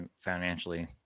financially